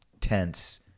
tense